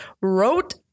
wrote